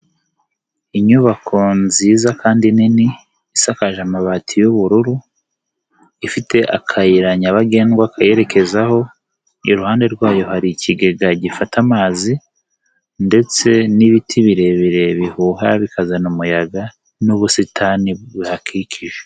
Inyubako nziza kandi nini isakaje amabati y'ubururu. Ifite akayira nyabagendwa kayerekezaho. Iruhande rwayo hari ikigega gifata amazi ndetse n'ibiti birebire bihuha bikazana umuyaga n'ubusitani bihakikije.